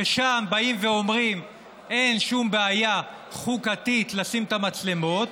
ששם באים ואומרים: אין שום בעיה חוקתית לשים את המצלמות,